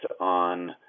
on